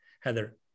Heather